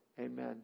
Amen